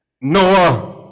Noah